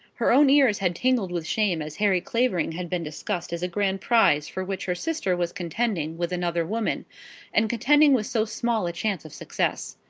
her own ears had tingled with shame as harry clavering had been discussed as a grand prize for which her sister was contending with another woman and contending with so small a chance of success.